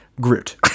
Groot